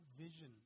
vision